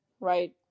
right